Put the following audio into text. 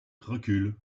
recule